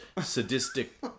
sadistic